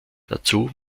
dazu